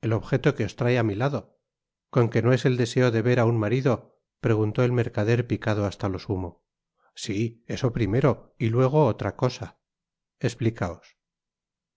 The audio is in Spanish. el objeto que os trae á mi lado con que no es el deseo de ver á un marido preguntó el mercader picado hasta lo sumo si eso primero y luego otra cosa esplicaos